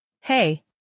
Hey